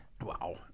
Wow